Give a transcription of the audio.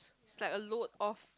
is like a loop of